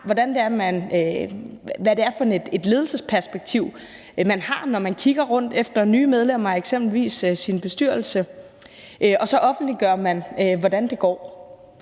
hvad det er for et ledelsesperspektiv, man har, når man kigger rundt efter nye medlemmer af eksempelvis sin bestyrelse – og så offentliggør man, hvordan det går.